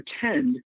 pretend